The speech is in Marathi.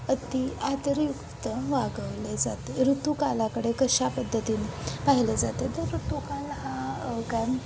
अती आदरयुक्त वागवले जाते ऋतूकालाकडे कशा पद्धतीने पाहिले जाते तर ऋतू काल हा कायम